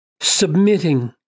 submitting